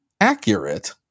accurate